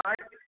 right